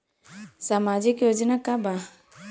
सामाजिक योजना का बा?